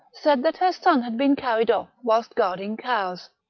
said that her son had been carried off whilst guarding cows.